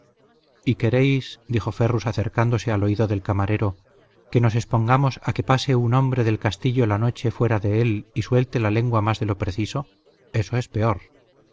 y queréis dijo ferrus acercándose al oído del camarero que nos expongamos a que pase un hombre del castillo la noche fuera de él y suelte la lengua mas de lo preciso eso es peor